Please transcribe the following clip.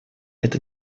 это